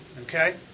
Okay